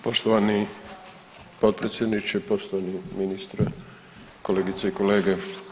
Poštovani potpredsjedniče, poštovani ministre, kolegice i kolege.